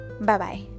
Bye-bye